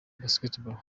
basketball